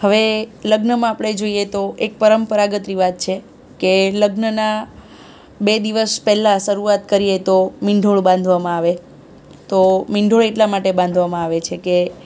હવે લગ્નમાં આપણે જોઈએ તો એક પરંપરાગત રિવાજ છે કે લગ્નના બે દિવસ પહેલાં શરૂઆત કરીએ તો મીંઢળ બાંધવામાં આવે તો મીંઢળ એટલે બાંધવામાં આવે છે કે